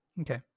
Okay